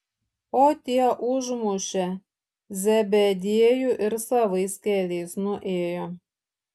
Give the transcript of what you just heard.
o tie užmušė zebediejų ir savais keliais nuėjo